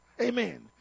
Amen